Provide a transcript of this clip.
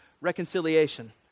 reconciliation